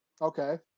okay